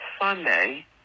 Sunday